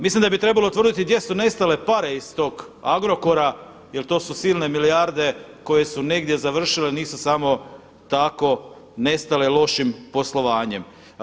Mislim da bi trebalo utvrditi gdje su nestale pare iz tog Agrokora jer to su silne milijarde koje su negdje završile, nisu samo tako nestale lošim poslovanjem.